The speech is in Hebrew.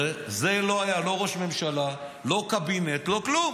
הרי זה לא היה לא ראש ממשלה, לא קבינט, לא כלום.